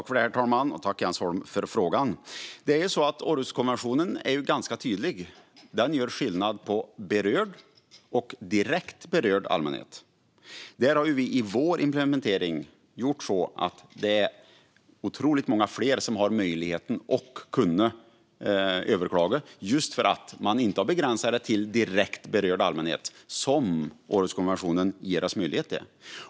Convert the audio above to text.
Herr talman! Tack, Jens Holm, för frågan! I Århuskonventionen görs det ganska tydlig skillnad mellan berörd och direkt berörd allmänhet. Vår implementering har gjorts på ett sådant sätt att otroligt många fler har möjligheten att överklaga, just för att vi inte har begränsat det till direkt berörd allmänhet, vilket Århuskonventionen ger oss möjlighet till.